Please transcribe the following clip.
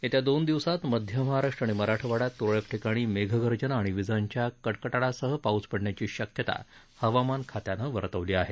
येत्या दोन दिवसात मध्य महाराष्ट्र आणि मराठवाड्यात त्रळक ठिकाणी मेघगर्जना आणि वीजांच्या कडकडाटासह पाऊस पडण्याची शक्यता हवामान खात्यानं वर्तवली आहे